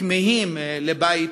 כמהים לבית